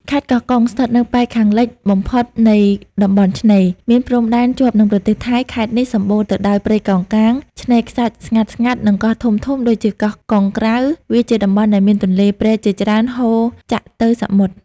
ខេត្តកោះកុង ស្ថិតនៅប៉ែកខាងលិចបំផុតនៃតំបន់ឆ្នេរ មានព្រំដែនជាប់នឹងប្រទេសថៃ ខេត្តនេះសម្បូរទៅដោយព្រៃកោងកាង ឆ្នេរខ្សាច់ស្ងាត់ៗ និងកោះធំៗដូចជាកោះកុងក្រៅ វាជាតំបន់ដែលមានទន្លេព្រែកជាច្រើនហូរចាក់ទៅសមុទ្រ។